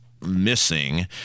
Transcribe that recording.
missing